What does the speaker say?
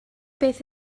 beth